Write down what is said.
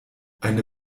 eine